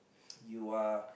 you are